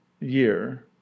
year